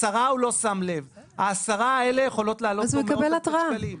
ל-10 הוא לא שם לב ועשרת הסעיפים האלה יכולים לעלות לו מאות אלפי שקלים.